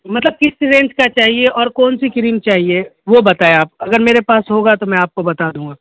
مطلب کس رینج کا چاہیے اور کون سی کریم چاہیے وہ بتائیں آپ اگر میرے پاس ہوگا تو میں آپ کو بتا دوں گا